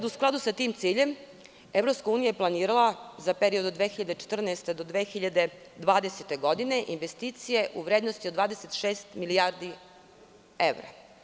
U skladu sa tim ciljem EU je planirala za period od 2014. do 2020. godine investicije u vrednosti od 26 milijardi evra.